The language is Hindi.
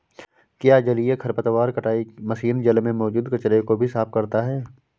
क्या जलीय खरपतवार कटाई मशीन जल में मौजूद कचरे को भी साफ करता है?